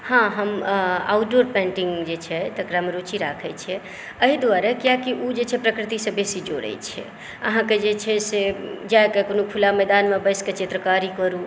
हँ हम outdoor painting जे छै तकरामे रूचि राखै छियै एहि दुआरे कियाकि ओ जे छै प्रकृतिसँ बेसी जोड़ै छै अहाँकेँ जे छै से जाय कऽ कोनो खुला मैदानमे बैस कऽ चित्रकारी करू